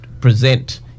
present